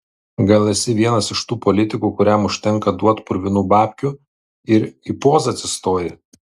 gal esi vienas iš tų politikų kuriam užtenka duot purvinų babkių ir į pozą atsistoji